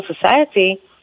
society